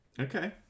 Okay